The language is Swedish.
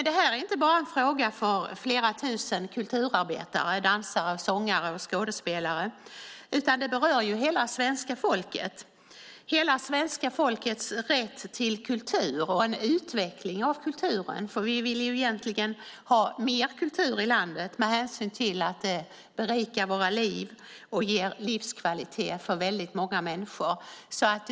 Detta är inte bara en fråga för flera tusen kulturarbetare, dansare, sångare och skådespelare, utan det berör hela svenska folkets rätt till kultur och en utveckling av kulturen. Vi vill helst ha mer kultur i landet med tanke på hur det berikar våra liv och ger livskvalitet för väldigt många människor.